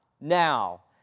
Now